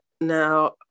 now